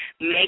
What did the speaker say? make